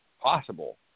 possible